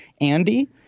Andy